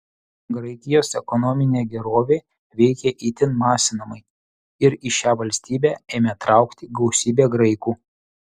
graikijos ekonominė gerovė veikė itin masinamai ir į šią valstybę ėmė traukti gausybė graikų